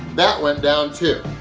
that went down too.